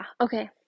okay